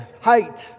height